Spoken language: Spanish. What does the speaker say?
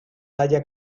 haya